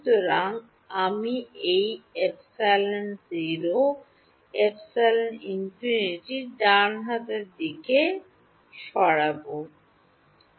সুতরাং আমি এই ε0ε∞ ডান হাত দিকে সরানো হবে